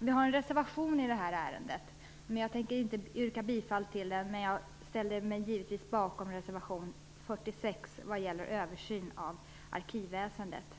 Vi har en reservation i det ärendet, men jag tänker inte yrka bifall till den. Givetvis ställer jag mig dock bakom reservationen, reservation 46, som gäller översyn av arkivväsendet.